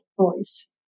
voice